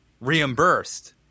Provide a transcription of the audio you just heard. reimbursed